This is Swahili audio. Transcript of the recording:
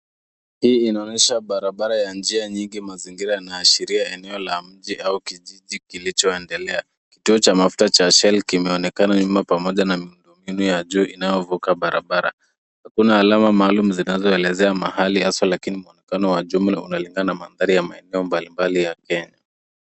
Hii inaonyesha barabara ya njia nyingi mazingira yanaashiria eneo la mji au kijiji kilichoendelea. Kituo cha mafuta ya Shell kinaonekana nyuma pamoja na miundombinu ya juu inayovuka barabara. Kuna alama maalum zinazoelezea mahali haswa lakini mwonekano wa jumla unalingana mandhari ya maeneo mbalimbali ya Kenya.